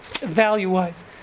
value-wise